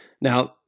Now